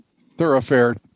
thoroughfare